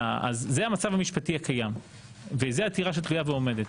זה המצב המשפטי הקיים וזאת העתירה שתלויה ועומדת.